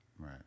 Right